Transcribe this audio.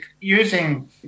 using